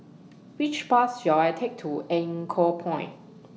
Which Bus shall I Take to Anchorpoint